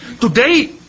Today